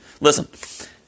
listen